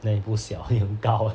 then 你不小你很高 eh